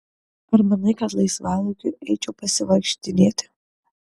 ar manai kad laisvalaikiu eičiau pasivaikštinėti